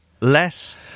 Less